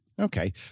okay